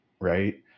Right